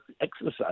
exercise